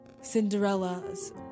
Cinderella's